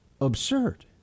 absurd